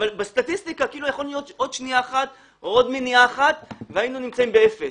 אבל בסטטיסטיקה יכול להיות עוד שנייה אחת והיינו נמצאים באפס.